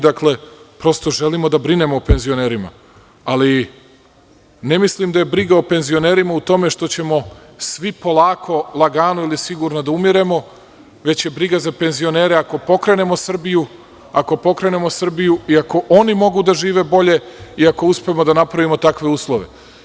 Dakle, prosto želimo da brinemo o penzionerima, ali ne mislim da je briga o penzionerima u tome što ćemo svi polako, lagano ili sigurno da umiremo, već je briga za penzionere ako pokrenemo Srbiju i ako oni mogu da žive bolje i ako uspemo da napravimo takve uslove.